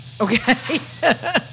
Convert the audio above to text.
Okay